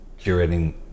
curating